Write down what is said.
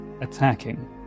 attacking